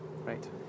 right